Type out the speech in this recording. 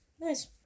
Nice